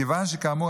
מכיוון שכאמור,